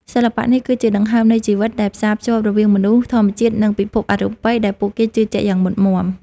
សិល្បៈនេះគឺជាដង្ហើមនៃជីវិត ដែលផ្សារភ្ជាប់រវាងមនុស្ស ធម្មជាតិ និងពិភពអរូបិយដែលពួកគេជឿជាក់យ៉ាងមុតមាំ។